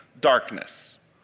darkness